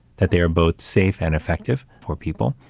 that they are both safe and effective for people.